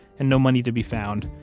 and no money to be found,